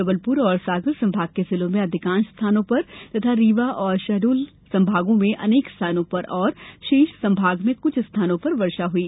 जबलप्र और सागर संभाग के जिलों में अधिकांश स्थानों पर तथा रीवा और शहडोल संभागों में अनेक स्थानों पर तथा शेष संभाग में कुछ स्थानों पर वर्षा हुई